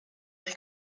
eich